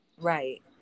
Right